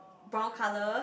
brown color